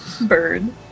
Bird